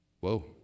whoa